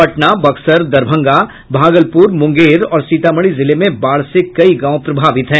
पटना बक्सर दरभंगा भागलपुर मुंगेर और सीतामढ़ी जिले में बाढ़ से कई गांव प्रभावित हैं